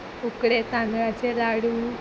उकडे तांदळाचें लाडू